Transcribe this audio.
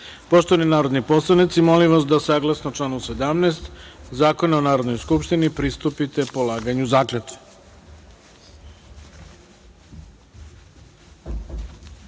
narodni poslanici, molim vas da, saglasno članu 17. Zakona o Narodnoj skupštini, pristupite polaganju zakletve. Molim